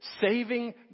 saving